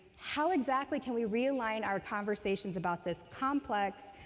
how exactly can we realign our conversations about this complex,